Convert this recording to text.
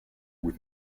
with